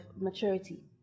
maturity